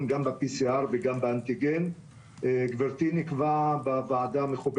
כפי שציינתי, אנחנו במעל 7,000 מקרים